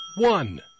one